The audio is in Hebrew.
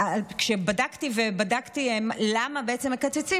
כשבדקתי למה בעצם מקצצים,